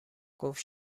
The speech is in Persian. گفت